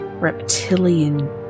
reptilian